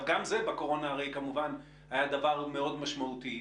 גם זה בקורונה הרי כמובן היה דבר מאוד משמעותי.